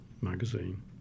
magazine